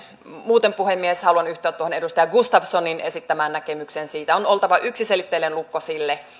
muuten puhemies haluan yhtyä tuohon edustaja gustafssonin esittämään näkemykseen siinä on oltava yksiselitteinen lukko